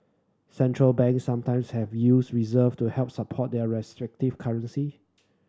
central banks sometimes have used reserve to help support their restrictive currency